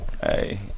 Hey